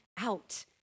out